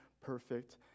perfect